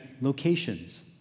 locations